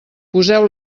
poseu